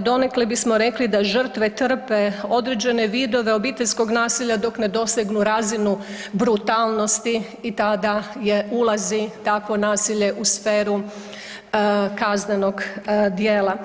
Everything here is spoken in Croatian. donekle bismo rekli da žrtve trpe određene vidove obiteljskog nasilja dok ne dosegnu razinu brutalnosti i tada ulazi takvo nasilje u sferu kaznenog djela.